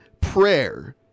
prayer